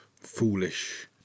foolish